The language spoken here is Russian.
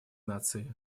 нации